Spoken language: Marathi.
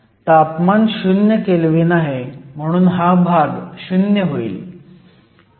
तापमान 0 केल्व्हीन आहे म्हणून हा भाग शून्य होईल